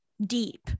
deep